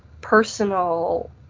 personal